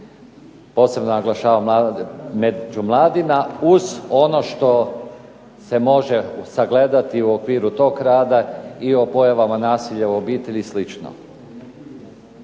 posebno naglašavam među mladima, uz ono što se može sagledati u okviru toga rada i o pojavama nasilja u obitelji i